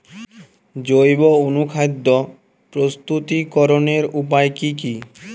জৈব অনুখাদ্য প্রস্তুতিকরনের উপায় কী কী?